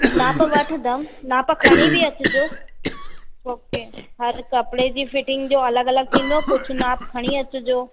नाप वठंदमि माप खणी बि अचिजो ओके हा त कपिड़े जी फ़िटिंग जो अलॻि अलॻि थींदो कुझु माप खणी अचिजो